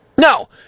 No